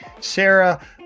Sarah